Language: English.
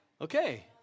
Okay